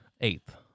eighth